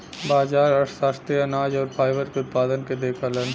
बाजार अर्थशास्त्री अनाज आउर फाइबर के उत्पादन के देखलन